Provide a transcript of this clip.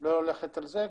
לא ללכת על זה.